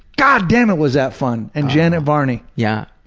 god damn it was that fun! and janet varney. yeah.